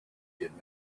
did